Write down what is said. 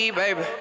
baby